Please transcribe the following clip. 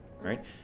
right